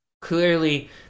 Clearly